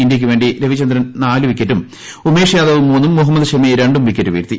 ഇന്ത്യയ്ക്കു വേണ്ടി രവിച്ചുന്ദ്രൻ നാല് വിക്കറ്റും ഉമേഷ് യാദവ് മൂന്നും മുഹമ്മദ് ഷമി ർണ്ടും വിക്കറ്റ് വീഴ്ത്തി